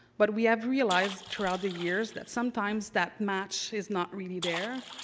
but we have realized throughout the years that sometimes that match is not really there,